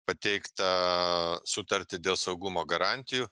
pateiktą sutartį dėl saugumo garantijų